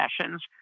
sessions